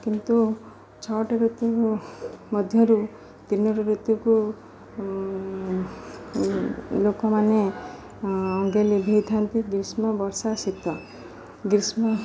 କିନ୍ତୁ ଛଅଟି ଋତୁ ମଧ୍ୟରୁ ତିନୋଟି ଋତୁକୁ ଲୋକମାନେ ଅଙ୍ଗେ ଲିଭାଇଥାନ୍ତି ଗ୍ରୀଷ୍ମ ବର୍ଷା ଶୀତ ଗ୍ରୀଷ୍ମ